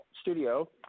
studio